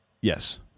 Yes